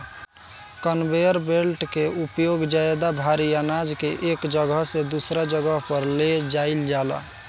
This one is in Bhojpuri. कन्वेयर बेल्ट के उपयोग ज्यादा भारी आनाज के एक जगह से दूसरा जगह पर ले जाईल जाला